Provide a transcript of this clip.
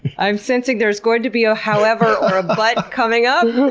i'm sensing there's going to be a however or a but coming up,